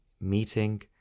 meeting